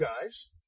guys